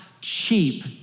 cheap